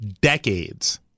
decades